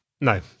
No